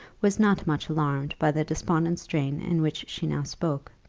was not much alarmed by the despondent strain in which she now spoke,